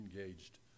engaged